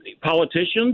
politicians